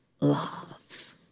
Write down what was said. love